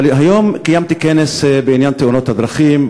אבל היום קיימתי כנס בעניין תאונות הדרכים.